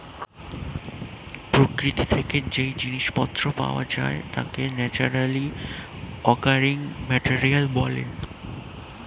প্রকৃতি থেকে যেই জিনিস পত্র পাওয়া যায় তাকে ন্যাচারালি অকারিং মেটেরিয়াল বলে